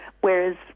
whereas